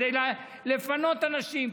כדי לפנות אנשים,